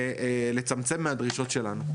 לצמצם מהדרישות שלנו.